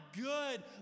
good